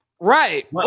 right